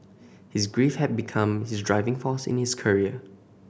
his grief had become his driving force in his career